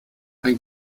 ein